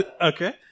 Okay